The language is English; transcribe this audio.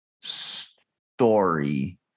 story